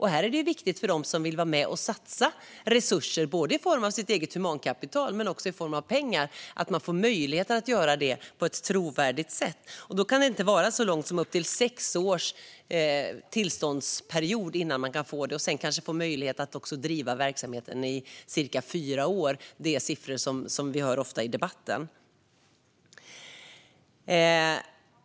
Här är det viktigt för dem som vill vara med och satsa resurser i form av humankapital och pengar att få möjlighet att göra det på ett trovärdigt sätt. Då kan det inte vara så lång tid som upp till sex år för att få tillstånd och sedan få driva verksamheten i ungefär fyra år. Det är siffror som vi ofta hör i debatten.